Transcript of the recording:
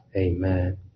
Amen